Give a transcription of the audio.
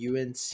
UNC